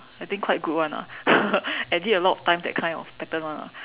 I think quite good [one] lah edit a lot of times that kind of pattern [one] lah